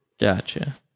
Gotcha